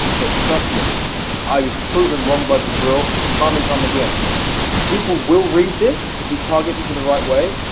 but trust me i was proven wrong by jabril time and time again people will read this if you're targeting for the right way,